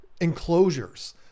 enclosures